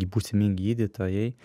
būsimi gydytojai